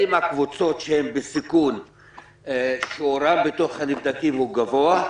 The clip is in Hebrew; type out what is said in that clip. האם הקבוצות שהן בסיכון שיעורן בתוך הנבדקים הוא גבוה?